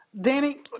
Danny